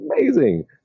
amazing